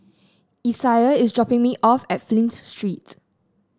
Isiah is dropping me off at Flint Street